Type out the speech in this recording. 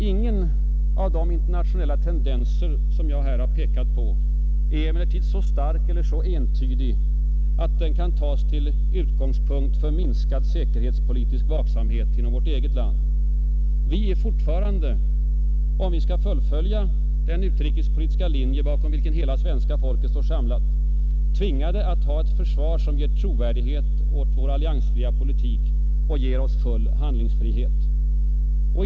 Ingen av de internationella tendenser jag här pekat på är emellertid så stark eller så entydig, att den kan tas till utgångspunkt för minskad säkerhetspolitisk vaksamhet inom vårt eget land. Vi är fortfarande, om vi skall fullfölja den utrikespolitiska linje bakom vilken hela svenska folket står samlat, tvingade att ha ett försvar som ger trovärdighet åt vår alliansfria politik och ger oss full handlingsfrihet.